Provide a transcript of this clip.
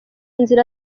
nzira